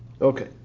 Okay